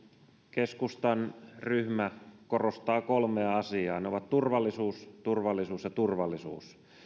keskustan ryhmä korostaa kolmea asiaa ne ovat turvallisuus turvallisuus ja turvallisuus